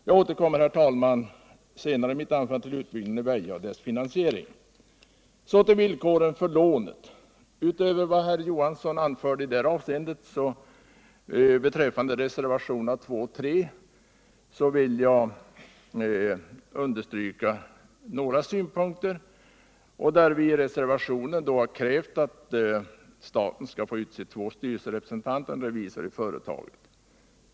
Jag återkommer, herr talman, senare i mitt anförande till utbyggnaden i Väja och dess finansiering. Så till villkoren för lånet. Utöver vad Rune Johansson i Ljungby anförde i det avseendet beträffande reservationerna 2 och 3 vill jag understryka några synpunkter. I reservationen 2 har vi krävt att staten skall få utse två styrelserepresentanter och en revisor i företaget.